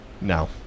No